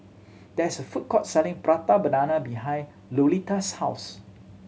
there is a food court selling Prata Banana behind Lolita's house